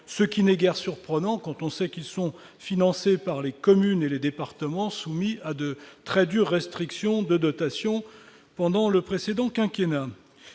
ce qui n'est guère surprenant quand on sait qu'ils sont financés par les communes et les départements soumis à de très dures restrictions de dotation pendant le précédent quinquennat